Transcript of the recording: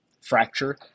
Fracture